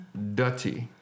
Dutty